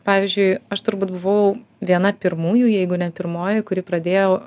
pavyzdžiui aš turbūt buvau viena pirmųjų jeigu ne pirmoji kuri pradėjo